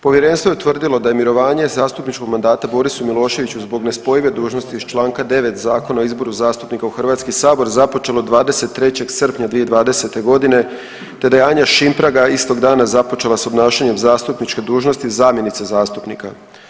Povjerenstvo je utvrdilo da je mirovanje zastupničkog mandata Borisu Miloševiću zbog nespojive dužnosti iz Članka 9. Zakona o izboru zastupnika u Hrvatski sabor započelo 23. srpnja 2020. godine te da je Anja Šimpraga istog dana započela s obnašanjem zastupničke dužnosti zamjenice zastupnika.